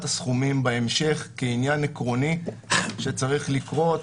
הסכומים בהמשך כעניין עיקרוני שצריך לקרות.